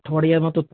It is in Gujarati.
અઠવાડિયામાં તો